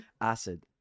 Acid